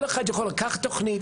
כל אחד יכול לקחת תוכנית,